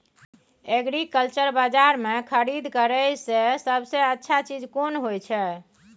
Agriculture बाजार में खरीद करे से सबसे अच्छा चीज कोन होय छै?